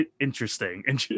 interesting